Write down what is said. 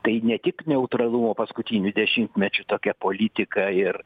tai ne tik neutralumo paskutinių dešimtmečių tokia politika ir